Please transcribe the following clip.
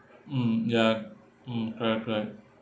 mm ya mm correct correct